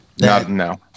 No